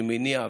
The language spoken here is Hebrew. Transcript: זה מניע וזה,